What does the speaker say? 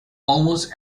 almost